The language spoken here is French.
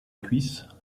cuisse